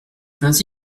ainsi